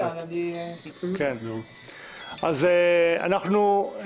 אז אנחנו,